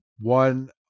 one